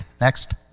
Next